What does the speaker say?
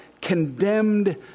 condemned